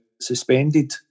suspended